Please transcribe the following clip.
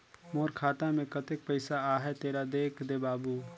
मोर खाता मे कतेक पइसा आहाय तेला देख दे बाबु?